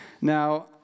Now